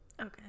Okay